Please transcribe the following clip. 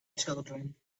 children